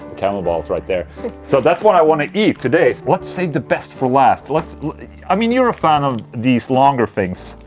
camel balls right there so that's what i wanna eat today let's save the best for last, let's i mean, you're a fan of these longer things